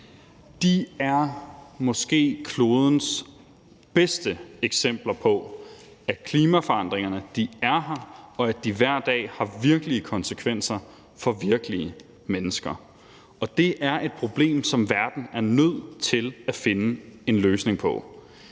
De er måske klodens bedste eksempler på, at klimaforandringerne er her, og at de hver dag har virkelige konsekvenser for virkelige mennesker. Det er et problem, som verden er nødt til at finde en løsning på.